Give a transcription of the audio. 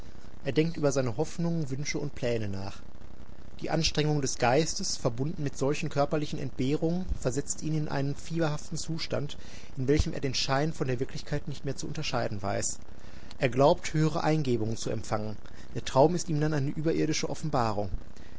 er denkt über seine hoffnungen wünsche und pläne nach die anstrengung des geistes verbunden mit solchen körperlichen entbehrungen versetzt ihn in einen fieberhaften zustand in welchem er den schein von der wirklichkeit nicht mehr zu unterscheiden weiß er glaubt höhere eingebungen zu empfangen der traum ist ihm dann eine überirdische offenbarung